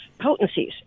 potencies